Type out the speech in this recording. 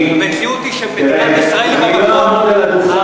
המציאות היא שמדינת ישראל היא במקום האחרון,